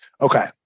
Okay